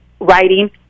writing